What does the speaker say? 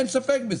אין ספק בזה.